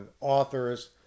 authors